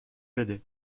بده